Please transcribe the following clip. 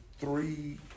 three